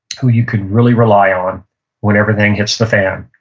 who you can really rely on when everything hits the fan.